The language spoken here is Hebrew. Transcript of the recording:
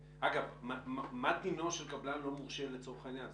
אגב, מה דינו של קבלן לא מורשה לצורך העניין?